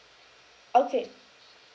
okay